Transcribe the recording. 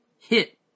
hit